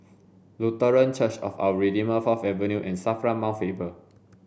Lutheran Church of Our Redeemer Fourth Avenue and SAFRA Mount Faber